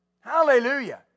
Hallelujah